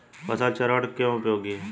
फसल चरण क्यों उपयोगी है?